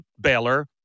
Baylor